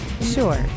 Sure